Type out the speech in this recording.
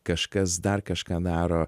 kažkas dar kažką daro